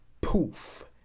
poof